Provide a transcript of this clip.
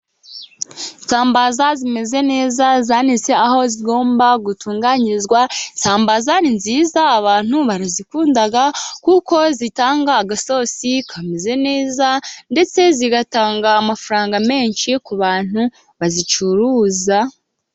Isambaza zimeze neza zanitse aho zigomba gutunganyizwa. Isambaza ni nziza abantu barazikunda kuko zitanga agasosi kameze neza, ndetse zigatanga amafaranga menshi ku bantu bazicuruza.